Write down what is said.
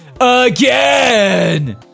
again